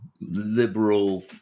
liberal